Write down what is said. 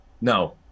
No